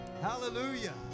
Hallelujah